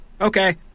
Okay